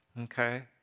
Okay